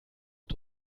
mit